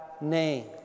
name